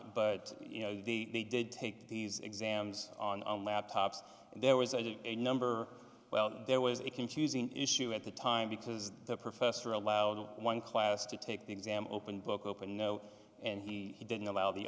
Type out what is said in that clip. but you know the they did take these exams on laptops and there was a number well there was a confusing issue at the time because the professor allowed one class to take the exam open book open no and he didn't allow the